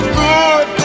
good